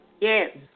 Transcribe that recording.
Yes